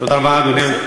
תודה רבה, אדוני.